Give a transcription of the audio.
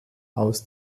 aus